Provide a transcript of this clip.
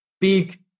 big